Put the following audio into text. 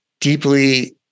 deeply